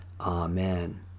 Amen